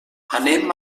anem